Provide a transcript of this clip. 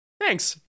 Thanks